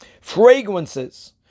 Fragrances